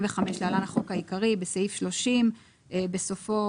למה זה לא כולל קנאביס רפואי, לא הבנתי, זו